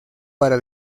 para